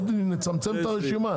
נצמצם את הרשימה.